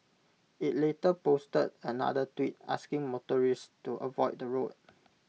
IT later posted another tweet asking motorists to avoid the road